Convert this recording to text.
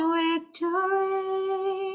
victory